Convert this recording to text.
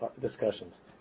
discussions